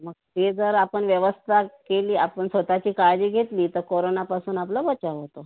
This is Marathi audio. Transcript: मग ते जर आपण व्यवस्था केली आपण स्वतःची काळजी घेतली तर कोरोनापासून आपला बचाव होतो